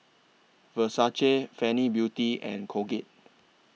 Versace Fenty Beauty and Colgate